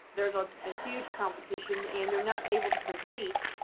there is a ah huge competition. and they're not able to compete,